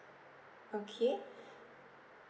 okay